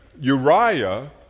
Uriah